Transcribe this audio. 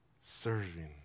serving